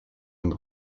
und